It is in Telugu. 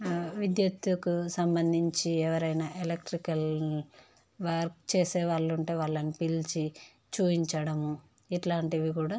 ఆ విద్యుత్కు సంబంధించి ఎవరైన ఎలక్ట్రికల్ వర్క్ చేసే వాళ్ళు ఉంటే వాళ్ళని పిలిచి చూపించడం ఇలాంటివి కూడా